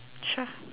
sure